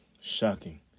Shocking